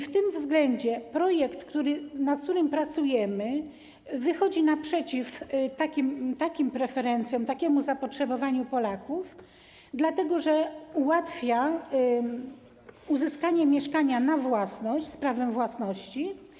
W tym względzie projekt, nad którym pracujemy, wychodzi naprzeciw takim preferencjom, takiemu zapotrzebowaniu Polaków, dlatego że ułatwia uzyskanie mieszkania na własność, z prawem własności.